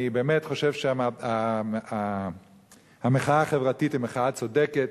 אני באמת חושב שהמחאה החברתית היא מחאה צודקת,